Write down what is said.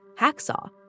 hacksaw